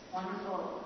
wonderful